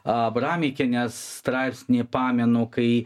a abramikienės straipsnyje pamenu kai